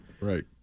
Right